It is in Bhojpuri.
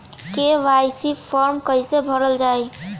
के.वाइ.सी फार्म कइसे भरल जाइ?